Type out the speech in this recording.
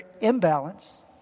imbalance